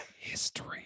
history